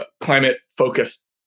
climate-focused